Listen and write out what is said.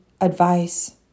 advice